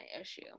issue